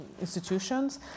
institutions